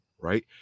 right